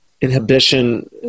inhibition